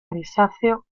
grisáceo